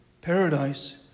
paradise